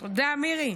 תודה, מירי.